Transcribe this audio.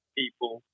people